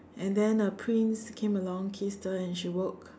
and then a prince came along kissed her and she woke